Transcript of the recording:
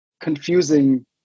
confusing